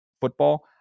football